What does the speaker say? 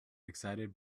excited